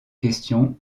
question